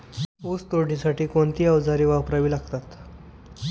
ऊस तोडणीसाठी कोणती अवजारे वापरावी लागतात?